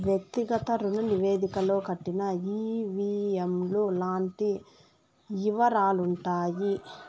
వ్యక్తిగత రుణ నివేదికలో కట్టిన ఈ.వీ.ఎం లు లాంటి యివరాలుంటాయి